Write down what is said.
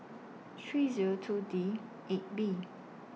three Zero two D eight B